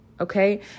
okay